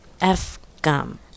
F-Gum